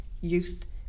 youth